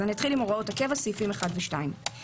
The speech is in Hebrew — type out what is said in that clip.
אתחיל מהוראות הקבע, סעיפים 1 ו-2.